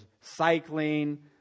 cycling